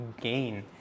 gain